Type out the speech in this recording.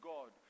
God